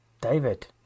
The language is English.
David